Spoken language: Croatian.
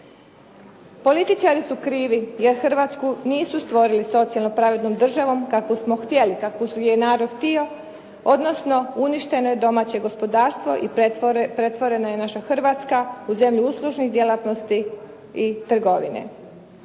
Političari su krivi jer Hrvatsku nisu stvorili socijalno pravednom državu kakvu smo htjeli, kakvu je narod htio odnosno uništeno je domaće gospodarstvo i pretvorena je naša Hrvatska u zemlju uslužnih djelatnosti i trgovine.